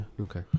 Okay